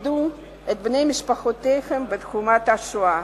איבדו את בני משפחותיהם בתקופת השואה,